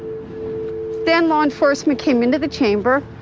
then law enforcement came into the chamber